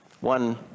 One